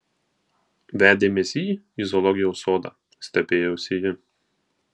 vedėmės jį į zoologijos sodą stebėjosi ji